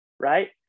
right